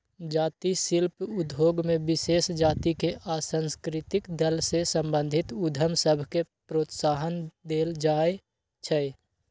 जाती शिल्प उद्योग में विशेष जातिके आ सांस्कृतिक दल से संबंधित उद्यम सभके प्रोत्साहन देल जाइ छइ